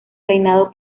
reinado